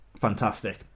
fantastic